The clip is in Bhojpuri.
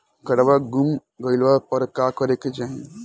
काडवा गुमा गइला पर का करेके चाहीं?